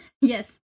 yes